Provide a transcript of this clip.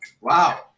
wow